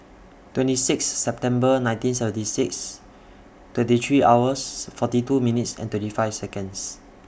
twenty six September nineteen seventy six twenty three hours forty two minutes and thirty five Seconds